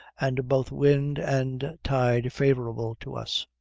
and both wind and tide favorable to us.